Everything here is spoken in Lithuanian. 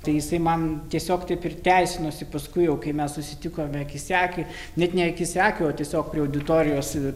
tai jisai man tiesiog taip ir teisinosi paskui jau kai mes susitikome akis į akį net ne akis į akį o tiesiog prie auditorijos